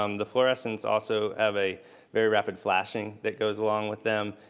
um the florescents also have a very rapid flashing that goes along with them.